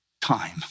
time